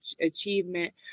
achievement